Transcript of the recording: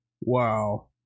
wow